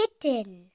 kitten